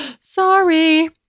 sorry